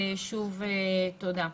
שוב תודה.